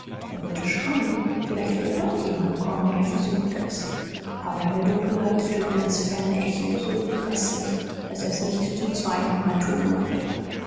er wollte schreien vielleicht würde doch jemand kommen er versuchte es aber in der dunkelheit tönte das ferne echo so gräßlich daß er's nicht zum zweitenmal tun mochte